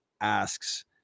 asks